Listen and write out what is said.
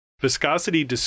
Viscosity